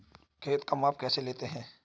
खेत का माप कैसे लेते हैं?